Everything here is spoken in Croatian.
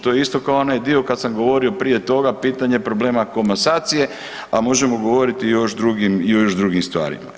To je isto kao onaj dio kad sam govorio prije toga, pitanje problema komasacije, a možemo govoriti još i o još drugim stvarima.